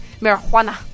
marijuana